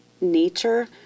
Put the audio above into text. nature